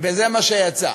וזה מה שיצא.